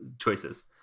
choices